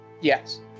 yes